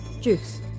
JUICE